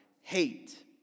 hate